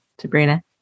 Sabrina